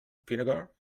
vinegar